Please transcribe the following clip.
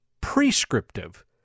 prescriptive